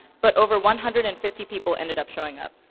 but over one hundred and fifty people ended up showing up.